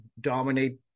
dominate